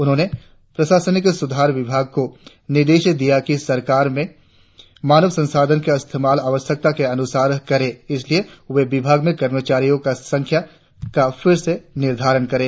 उन्होंने प्रशासनिक सुधार विभाग को निर्देश दिया की सरकार में मानव संसाधन का इस्तेमाल आवश्यकता के अनुसार करें इसलिए वे विभागों में कर्मचारियों का संख्या का फिर से निर्धारण करें